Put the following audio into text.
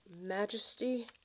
majesty